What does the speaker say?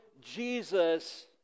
Jesus